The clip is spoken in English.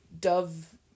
Dove